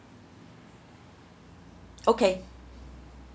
okay